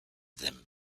them